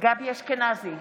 גבי אשכנזי,